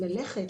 ללכת,